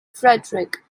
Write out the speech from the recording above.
frederick